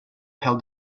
held